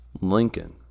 Lincoln